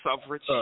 suffrage